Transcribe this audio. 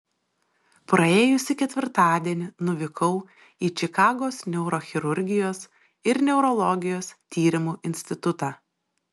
praėjusį ketvirtadienį nuvykau į čikagos neurochirurgijos ir neurologijos tyrimų institutą